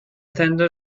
tender